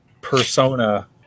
persona